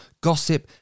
gossip